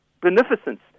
beneficence